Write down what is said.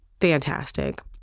fantastic